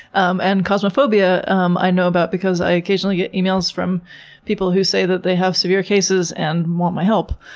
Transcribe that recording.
um and cosmophobia um i know about because i occasionally get emails from people who say that they have severe cases and want my help.